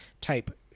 type